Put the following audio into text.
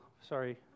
sorry